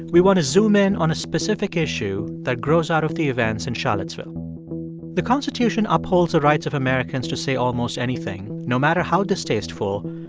we want to zoom in on a specific issue that grows out of the events in charlottesville the constitution upholds the rights of americans to say almost anything, no matter how distasteful,